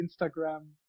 Instagram